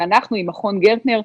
זה אנחנו עם מכון גרטנר,